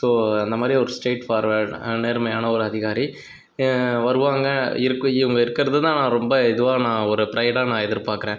so அந்தமாரி ஒரு straightforward நேர்மையான ஒரு அதிகாரி வருவாங்க இருக்கு இவங்க இருக்கிறதுதான் நான் ரொம்ப இதுவாக நான் ஒரு ப்ரைடாக நான் எதிர்பார்க்கறேன்